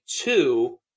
two